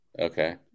Okay